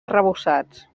arrebossats